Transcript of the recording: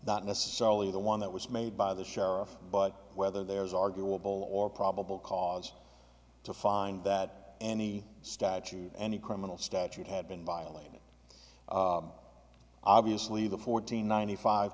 not necessarily the one that was made by the sheriff but whether there is arguable or probable cause to find that any statute any criminal statute had been violated obviously the fourteen ninety five